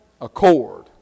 accord